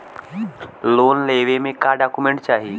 Loan लेवे मे का डॉक्यूमेंट चाही?